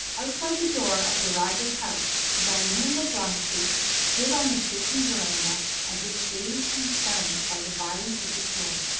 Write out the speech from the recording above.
outside the door of the rajah's house dain and babalatchi stood on the shaking verandah as if dazed and stunned by the violence of the storm.